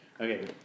Okay